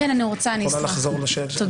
את יכולה לחזור על השאלה?